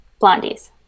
Blondies